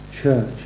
church